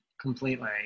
Completely